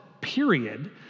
period